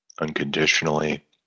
unconditionally